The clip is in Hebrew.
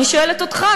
אני שואלת אותך,